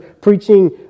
preaching